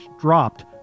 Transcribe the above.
dropped